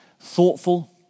thoughtful